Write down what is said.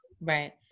right